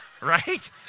Right